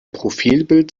profilbild